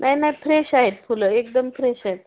नाही नाही फ्रेश आहेत फुलं एकदम फ्रेश आहेत